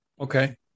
Okay